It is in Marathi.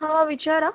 हां विचारा